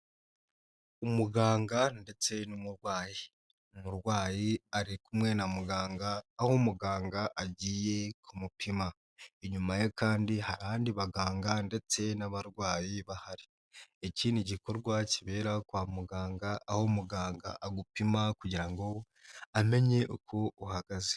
Umuganga ndetse n'umurwayi. Umurwayi ari kumwe na muganga, aho muganga agiye kumupima. Inyuma ye kandi hari abandi baganga ndetse n'abarwayi bahari. Iki gikorwa kibera kwa muganga, aho muganga agupima kugira ngo amenye uko uhagaze.